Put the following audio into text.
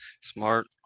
smart